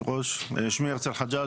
שמי הרצל חג'אג',